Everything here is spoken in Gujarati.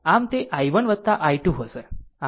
આમ તે i1 i2 હશે